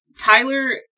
Tyler